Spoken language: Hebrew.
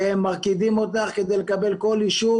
הם מרקידים אותך כדי לקבל כל אישור,